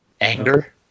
Anger